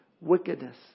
wickedness